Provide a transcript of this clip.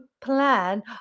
plan